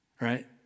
right